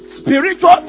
spiritual